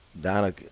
Donna